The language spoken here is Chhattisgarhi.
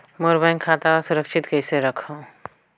मोर बैंक खाता ला सुरक्षित कइसे रखव?